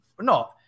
No